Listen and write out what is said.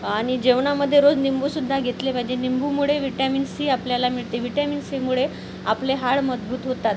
आणि जेवणामध्ये रोज निंबूसुद्धा घेतले पाजे निंबूमुळे विटॅमिन सी आपल्याला मिळते विटॅमिन सीमुळे आपले हाड मजबूत होतात